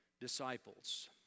disciples